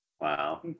Wow